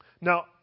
Now